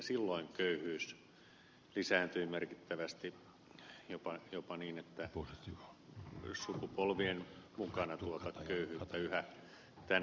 silloin köyhyys lisääntyi merkittävästi jopa niin että sukupolvien mukana tuota köyhyyttä yhä tänä päivänä jaetaan